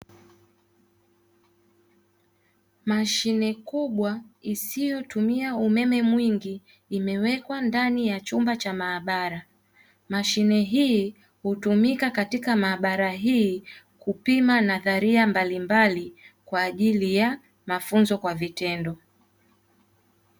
Mashine kubwa isiyotumia umeme mwingi imewekwa ndani ya chumba cha maabara, mashine hii hutumika katika maabara hii kupima nadharia mbalimbali kwa ajili ya mafunzo kwa vitendo.